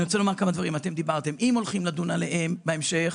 אם הולכים לדון על הדברים,